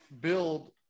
build